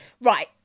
Right